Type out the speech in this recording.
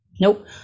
Nope